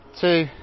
two